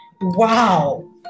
wow